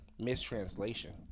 mistranslation